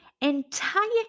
entire